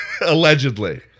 Allegedly